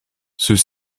ceux